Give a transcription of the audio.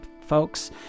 folks